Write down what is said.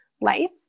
life